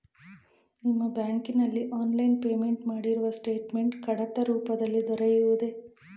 ನಿಮ್ಮ ಬ್ಯಾಂಕಿನಲ್ಲಿ online payment ಮಾಡಿರುವ ಸ್ಟೇಟ್ಮೆಂಟ್ ಕಡತ ರೂಪದಲ್ಲಿ ದೊರೆಯುವುದೇ?